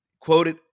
Quoted